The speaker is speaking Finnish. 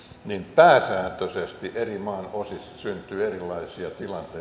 pääsääntöisesti eri maanosissa syntyy erilaisia tilanteita